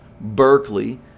Berkeley